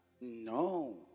No